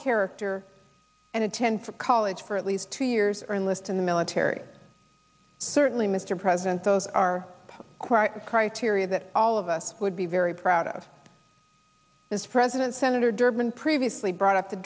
character and attend college for at least two years are listed in the military certainly mr president those are quite the criteria that all of us would be very proud of this president senator durbin previously brought up the